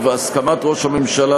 ובהסכמת ראש הממשלה,